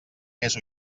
més